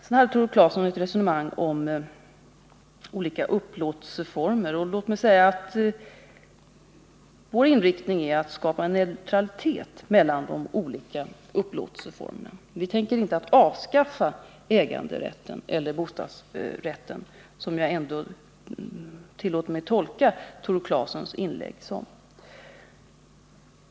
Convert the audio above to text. Tore Claeson hade ett resonemang om olika upplåtelseformer. Låt mig säga att vår inriktning är att skapa neutralitet mellan de olika upplåtelseformerna. Vi tänker inte avskaffa äganderätten eller bostadsrätten — jag tillåter mig att tolka Tore Claesons inlägg så att han hade den uppfattningen.